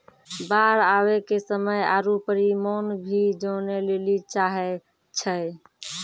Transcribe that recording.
बाढ़ आवे के समय आरु परिमाण भी जाने लेली चाहेय छैय?